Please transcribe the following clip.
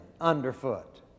underfoot